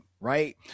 right